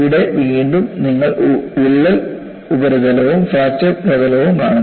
ഇവിടെ വീണ്ടും നിങ്ങൾ വിള്ളൽ ഉപരിതലവും ഫ്രാക്ചർ പ്രതലവും കാണുന്നു